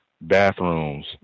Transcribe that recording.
bathrooms